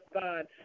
God